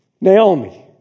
Naomi